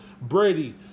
Brady